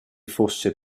fosse